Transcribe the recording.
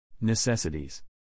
Necessities